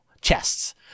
chests